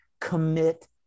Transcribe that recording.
commit